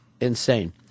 insane